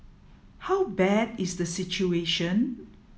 how bad is the situation